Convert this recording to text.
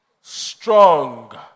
strong